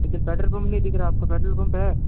इधर petrol pump नहीं दिख रहा आपको पेट्रोल पंप है